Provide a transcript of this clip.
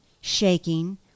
shaking